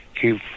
keep